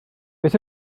beth